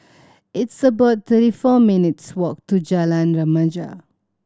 it's about thirty four minutes' walk to Jalan Remaja